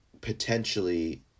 potentially